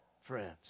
friends